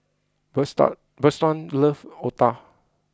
Bertrand Bertrand loves Otah